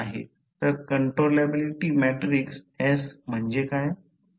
तर controllability matrix S म्हणजे काय